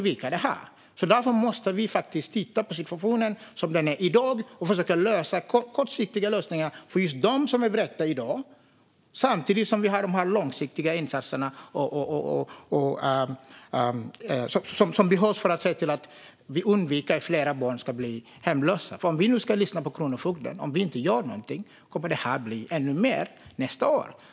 Vi måste titta på dagens situation och försöka hitta kortsiktiga lösningar för dem som är vräkta samtidigt som vi gör långsiktiga insatser för att undvika att fler barn blir hemlösa. Kronofogden menar att om inget görs kommer det att bli fler nästa år.